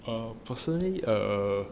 personally err